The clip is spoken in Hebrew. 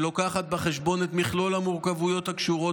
שלוקחת בחשבון את מכלול המורכבויות הקשורות